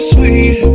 Sweet